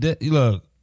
look